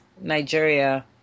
Nigeria